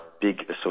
big